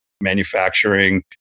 manufacturing